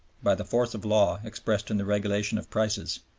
by the force of law expressed in the regulation of prices,